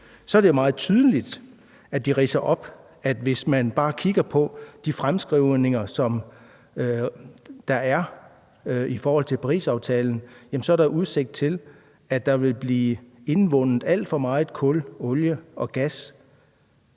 så er det meget tydeligt, at de ridser op, at hvis man bare kigger på de fremskrivninger, der er i forhold til Parisaftalen, så er der udsigt til, at der vil blive indvundet alt for meget kul, olie og gas,